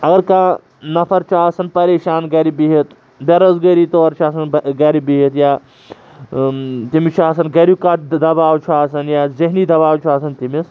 اگر کانٛہہ نَفَر چھُ آسَان پریشان گَرِ بِہِتھ بےٚ روزگٲری طور چھِ آسَان گَرِ بِہِتھ یا تٔمِس چھُ آسَان گَریُٚک کانٛہہ دَباو چھُ آسَان یا ذہنی دَباو چھُ آسَان تٔمِس